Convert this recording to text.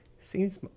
Seems